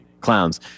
clowns